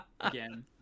Again